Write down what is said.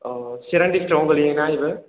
औ चिरां डिस्ट्रिक्टआवनो गोलैयोना बेबो